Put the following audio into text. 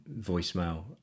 voicemail